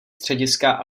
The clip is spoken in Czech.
střediska